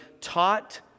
taught